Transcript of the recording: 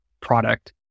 product